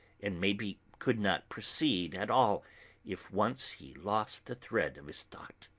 and maybe could not proceed at all if once he lost the thread of his thought.